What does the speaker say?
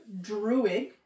Druid